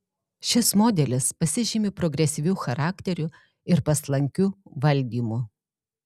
šis modelis pasižymi progresyviu charakteriu ir paslankiu valdymu